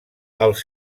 els